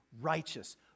righteous